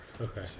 Okay